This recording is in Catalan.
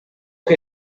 que